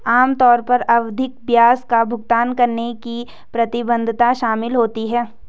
आम तौर पर आवधिक ब्याज का भुगतान करने की प्रतिबद्धता शामिल होती है